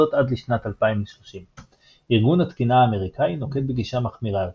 זאת עד לשנת 2030. ארגון התקינה האמריקאי נוקט בגישה מחמירה יותר,